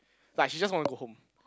like she just want to go home